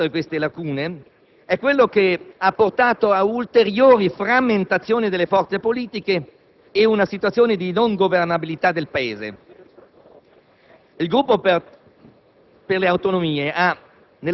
Il problema istituzionale causato dalla legge elettorale (oltre queste lacune) è la ulteriore frammentazione delle forze politiche e una situazione di non governabilità del Paese.